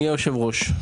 אדוני היושב-ראש,